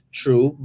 true